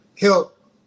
help